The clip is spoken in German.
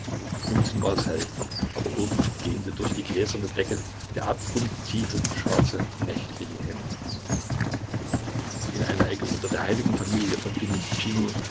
unten war es hell aber oben gähnte durch die gläserne decke der abgrundtiefe schwarze nächtliche himmel in einer ecke unter der heiligen familie von